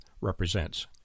represents